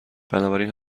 بنابراین